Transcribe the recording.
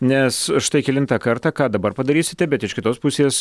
nes štai kelintą kartą ką dabar padarysite bet iš kitos pusės